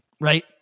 Right